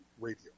Radio